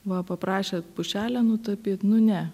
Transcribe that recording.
va paprašė pušelę nutapyt nu ne